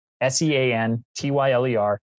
S-E-A-N-T-Y-L-E-R